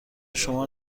شما